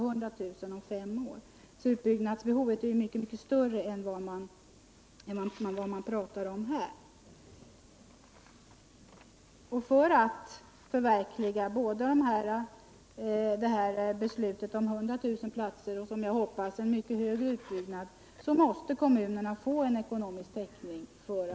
Utbyggnadsbehovet är därför mycket större än vad det talas om här. För att kunna förverkliga beslutet om 100 000 nya platser och, som jag hoppas, en ännu större utbyggnad, måste kommunerna få pengar.